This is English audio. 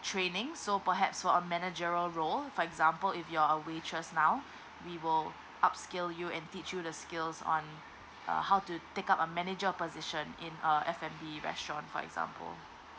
trainings so perhaps for a manager role for example if you're a waitress now we will upskill you and teach you the skills on uh how to take up a manager position in uh f and b restaurant for example